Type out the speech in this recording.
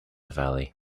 valley